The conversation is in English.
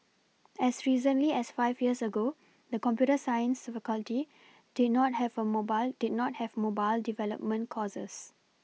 as recently as five years ago the computer science faculty did not have a mobile did not have mobile development courses